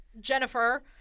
Jennifer